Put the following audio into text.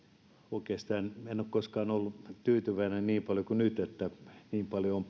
en ole oikeastaan koskaan ollut niin tyytyväinen kuin nyt siitä että niin paljon on